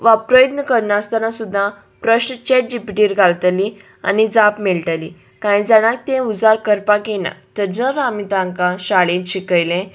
वा प्रयत्न करनासतना सुद्दां प्रश्न चेट जी पिटीर घालतली आनी जाप मेळटली कांय जाणांक तें उजार करपाक येना तेजर आमी तांकां शाळेंत शिकयलें